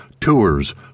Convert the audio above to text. tours